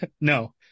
No